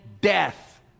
death